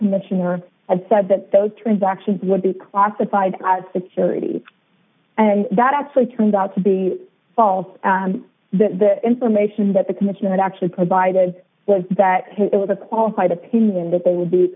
commissioner had said that those transactions would be classified as securities and that actually turned out to be false the information that the commission actually provided was that it was a qualified opinion that they would be